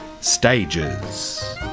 stages